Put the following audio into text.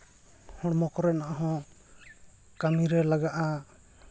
ᱦᱚᱲᱢᱚ ᱠᱚᱨᱮᱱᱟᱜ ᱦᱚᱸ ᱠᱟᱹᱢᱤᱨᱮ ᱞᱟᱜᱟᱜᱼᱟ